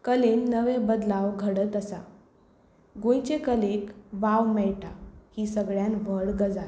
कलेन नवे बदलाव घडत आसा गोंयचे कलेक वाव मेळटा ही सगळ्यान व्हड गजाल